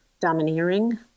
domineering